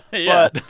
yeah